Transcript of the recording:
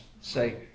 Say